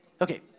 Okay